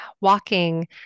walking